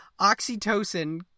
Oxytocin